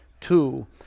two